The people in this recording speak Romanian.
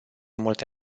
multe